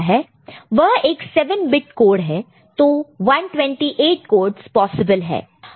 वह एक 7 bit code है तो 128 कोडस पॉसिबल है